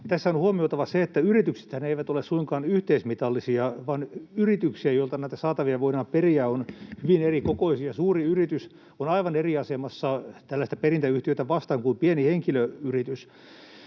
Tässä on huomioitava se, että yrityksethän eivät suinkaan ole yhteismitallisia, vaan yrityksiä, joilta näitä saatavia voidaan periä, on hyvin erikokoisia. Suuri yritys on aivan eri asemassa tällaista perintäyhtiötä vastaan kuin pieni henkilöyritys.